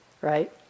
right